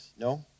No